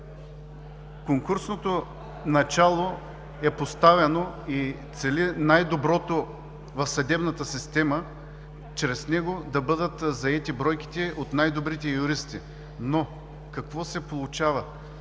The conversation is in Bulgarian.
Конкурсното начало е поставено и цели най-доброто в съдебната система, чрез него да бъдат заети бройките от най-добрите юристи. Но какво се получава?